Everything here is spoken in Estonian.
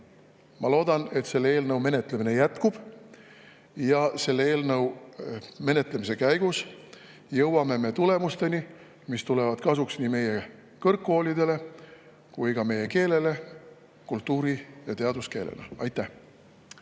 ma loodan, et eelnõu menetlemine jätkub ja selle menetlemise käigus me jõuame tulemusteni, mis tulevad kasuks nii meie kõrgkoolidele kui ka meie keelele kultuuri‑ ja teaduskeelena. Aitäh!